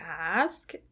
ask